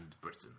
Britain